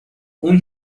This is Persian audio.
اون